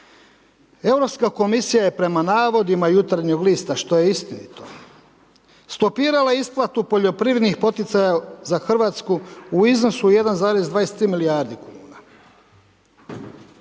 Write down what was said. ovako, EK je prema navodima Jutarnjeg lista što je istinito, stopirala isplatu poljoprivrednih poticaja za RH u iznosu 1,23 milijardi kuna.